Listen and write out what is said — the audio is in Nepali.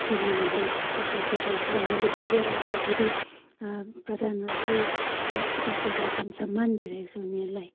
जुन उनीहरूले अवसर पाइरहेको छ उनीहरूले खेलेर आएर फेरि प्रधान मन्त्री राष्ट्रपतिले जुन सम्मान दिइरहेको छ उनीहरूलाई